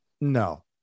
No